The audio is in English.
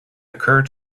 occur